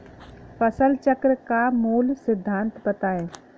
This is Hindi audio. फसल चक्र का मूल सिद्धांत बताएँ?